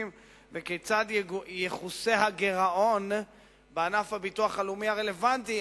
וכיצד יכוסה הגירעון בענף הביטוח הלאומי הרלוונטי,